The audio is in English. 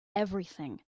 everything